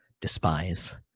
despise